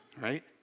Right